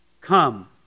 come